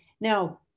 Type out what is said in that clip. Now